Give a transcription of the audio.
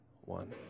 one